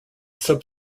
sub